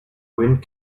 wind